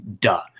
duh